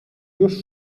już